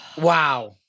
Wow